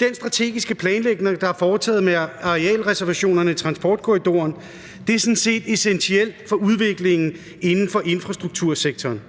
den strategiske planlægning, der er foretaget med arealreservationerne i transportkorridoren, sådan set er essentiel for udviklingen inden for infrastruktursektoren,